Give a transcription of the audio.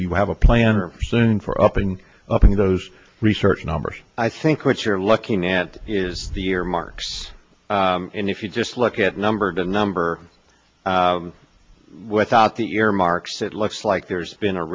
do you have a plan or soon for opening up in those research numbers i think what you're looking at is the earmarks and if you just look at number that number without the earmarks it looks like there's been a